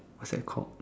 what's that called